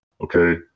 Okay